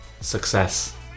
Success